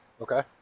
Okay